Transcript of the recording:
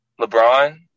LeBron